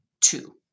Two